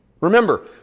Remember